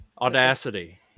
Audacity